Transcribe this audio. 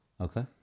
Okay